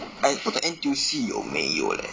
but 也不懂 N_T_U_C 有没有 leh